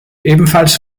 ebenfalls